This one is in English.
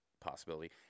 possibility